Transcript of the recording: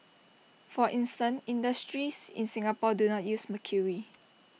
for instance industries in Singapore do not use mercury